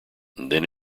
then